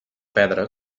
pedra